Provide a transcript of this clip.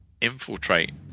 infiltrate